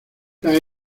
está